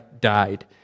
died